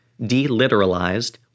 deliteralized